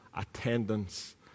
attendance